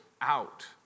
out